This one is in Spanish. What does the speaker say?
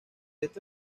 este